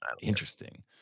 Interesting